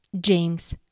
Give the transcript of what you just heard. James